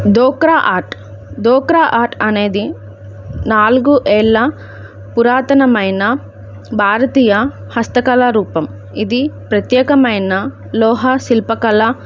డోక్రా art Dokra art అనేది నాలుగు ఏళ్ళ పురాతనమైన భారతీయ హస్తకళ రూపం ఇది ప్రత్యేకమైన లోహ శిల్పకళ